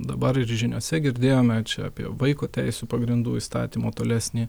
dabar ir žiniose girdėjome čia apie vaiko teisių pagrindų įstatymo tolesnį